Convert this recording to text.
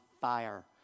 fire